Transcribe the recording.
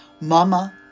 Mama